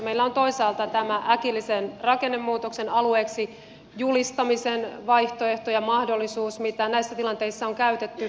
meillä on toisaalta tämä äkillisen rakennemuutoksen alueeksi julistamisen vaihtoehto ja mahdollisuus mitä näissä tilanteissa on käytetty